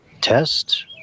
test